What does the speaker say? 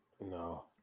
No